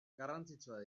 garrantzitsuak